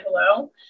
hello